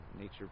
Nature